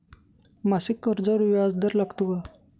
मासिक कर्जावर व्याज दर लागतो का?